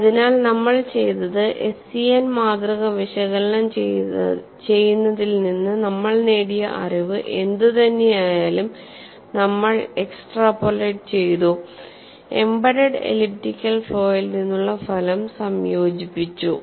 അതിനാൽ നമ്മൾ ചെയ്തത് SEN മാതൃക വിശകലനം ചെയ്യുന്നതിൽ നിന്ന് നമ്മൾ നേടിയ അറിവ് എന്തുതന്നെയായാലും നമ്മൾ എക്സ്ട്രാപോലേറ്റ് ചെയ്തു എംബെഡഡ് എലിപ്റ്റിക്കൽ ഫ്ലോയിൽ നിന്നുള്ള ഫലം സംയോജിപ്പിച്ചു